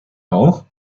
auch